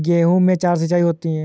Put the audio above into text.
गेहूं में चार सिचाई होती हैं